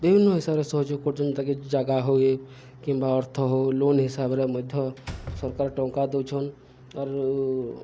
ବିଭିନ୍ନ ହିସାବରେ ସହଯୋଗ କରୁଛନ୍ତି ତାକି ଜାଗା ହୁଏ କିମ୍ବା ଅର୍ଥ ହଉ ଲୋନ୍ ହିସାବରେ ମଧ୍ୟ ସରକାର ଟଙ୍କା ଦଉଛନ୍ ଆରୁ